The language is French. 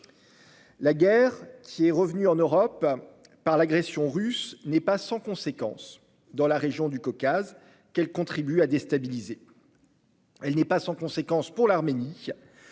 La guerre, qui est revenue en Europe par l'agression russe, n'est pas sans conséquence dans la région du Caucase, qu'elle contribue à déstabiliser. Elle n'est pas sans conséquence pour l'Arménie,